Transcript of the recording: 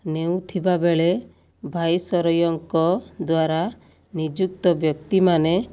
ନେଉଥିବା ବେଳେ ଭାଇସରୟଙ୍କ ଦ୍ୱାରା ନିଯୁକ୍ତ ବ୍ୟକ୍ତିମାନେ